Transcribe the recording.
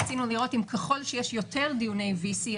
רצינו לראות אם ככל שיש יותר דיוני VC,